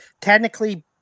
technically